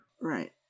Right